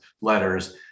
letters